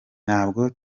ntabwo